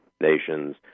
nations